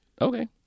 Okay